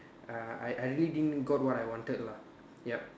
uh I I really didn't got what I wanted lah yup